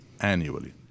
annually